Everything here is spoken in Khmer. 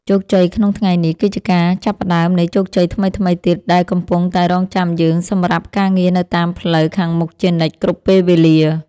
ជោគជ័យក្នុងថ្ងៃនេះគឺជាការចាប់ផ្ដើមនៃជោគជ័យថ្មីៗទៀតដែលកំពុងតែរង់ចាំយើងសម្រាប់ការងារនៅតាមផ្លូវខាងមុខជានិច្ចគ្រប់ពេលវេលា។